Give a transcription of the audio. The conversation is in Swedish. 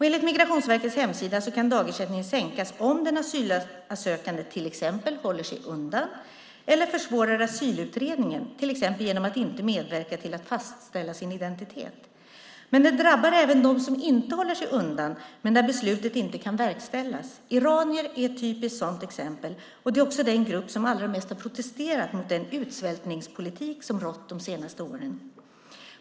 Enligt Migrationsverkets hemsida kan dagersättningen sänkas om den asylsökande till exempel håller sig undan eller försvårar asylutredningen till exempel genom att inte medverka till att fastställa sin identitet. Men det drabbar även dem som inte håller sig undan men där beslutet inte kan verkställas. Iranier är ett typiskt sådant exempel, och det är också den grupp som allra mest har protesterat mot den utsvältningspolitik som har rått de senaste åren.